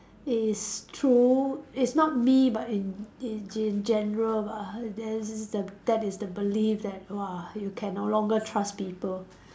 is true is not me but in in in general that is the belief that !wah! you can no longer trust people